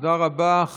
תודה רבה.